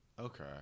Okay